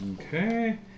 Okay